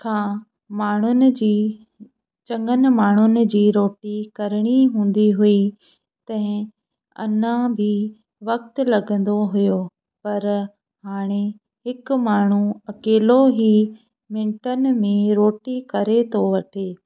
खां माण्हुनि जी चङनि माण्हुनि जी रोटी करिणी हूंदी हुई तंहिं अन्ना बि वक़्ति लॻंदो हुयो पर हाणे हिकु माण्हू अकेलो ई मिंटनि में रोटी करे वठे